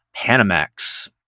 Panamax